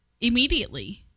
immediately